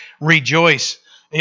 rejoice